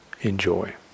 enjoy